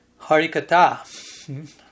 Harikata